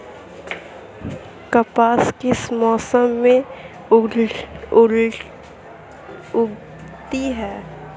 कपास किस मौसम में उगती है?